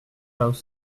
plough